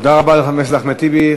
תודה רבה לחבר הכנסת אחמד טיבי.